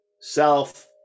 Self